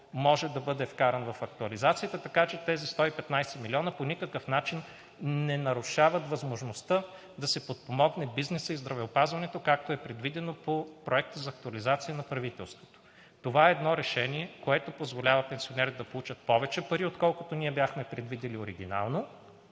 може да бъде вкаран в актуализацията, така че тези 115 милиона по никакъв начин не нарушават възможността да се подпомогне бизнесът и здравеопазването, както е предвидено по Проекта за актуализация на правителството. Това е едно решение, което позволява пенсионерите да получат повече пари, отколкото ние бяхме предвидили оригинално,